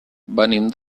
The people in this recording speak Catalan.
venim